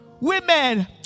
Women